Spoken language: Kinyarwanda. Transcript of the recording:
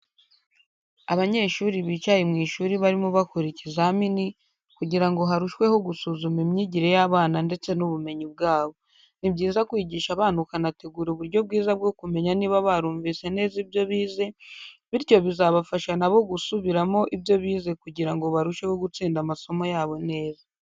Abanyeshuri bicaye mu ishuri barimo bakora ikizamini kugira ngo harushweho gusuzuma imyigire y'abana ndetse n'ubumenyi bwabo. Ni byiza kwigisha abana ukanategura uburyo bwiza bwo kumenya niba barumvise neza ibyo bize, bityo bizabafasha na bo gusubiramo ibyo bize kugira ngo barusheho gutsinda amasomo yabo neza.